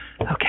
Okay